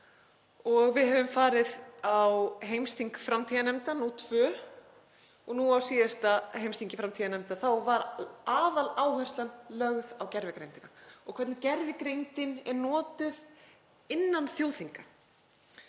Við höfum farið á tvö heimsþing framtíðarnefnda og nú á síðasta heimsþingi framtíðarnefnda var aðaláherslan lögð á gervigreindina og hvernig gervigreindin er notuð innan þjóðþinga.